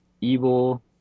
evil